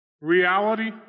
Reality